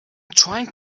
trying